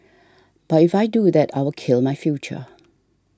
but if I do that I will kill my future